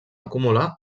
acumular